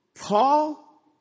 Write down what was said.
Paul